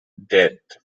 dead